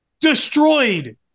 destroyed